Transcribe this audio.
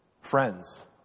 Friends